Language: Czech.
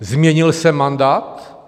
Změnil se mandát?